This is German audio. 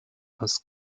als